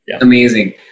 Amazing